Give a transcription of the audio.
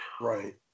Right